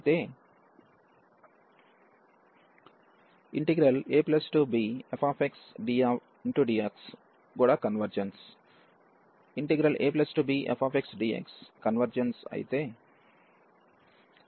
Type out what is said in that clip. abgxdxకన్వెర్జెన్స్ ⟹abfxdxకన్వెర్జెన్స్అవుతుంది